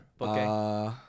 Okay